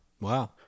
Wow